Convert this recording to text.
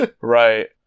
Right